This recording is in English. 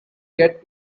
get